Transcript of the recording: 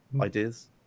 ideas